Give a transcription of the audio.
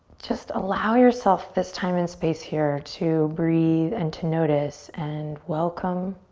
just allow yourself this time and space here to breathe and to notice and welcome